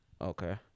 Okay